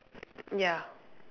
ya